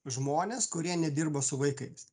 žmonės kurie nedirba su vaikais